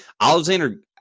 Alexander